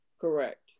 Correct